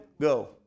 go